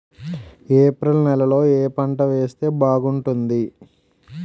April నెలలో ఏ పంట వేస్తే బాగుంటుంది?